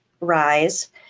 rise